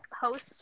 host